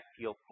feel